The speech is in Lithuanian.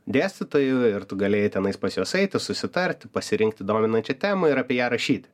dėstytojų ir tu galėjai tenais pas juos eiti susitarti pasirinkti dominančią temą ir apie ją rašyti